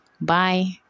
Bye